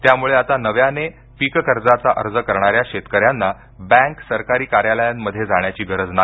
त्यामुळे आता नव्याने पीककर्जाचा अर्ज करणाण्या शेतक यांना बँक सरकारी कार्यालयांमध्ये जाण्याची गरज नाही